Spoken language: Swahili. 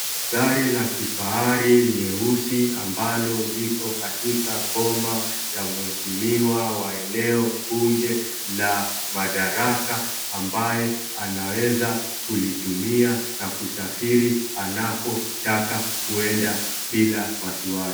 Gari la kifahari nyeusi ambalo likokatika boma la mheshimiwa wa eneo bunge la Madaraka ambaye anaweza kulitumia na kusafiri anako taka kuenda bila wasiwasi.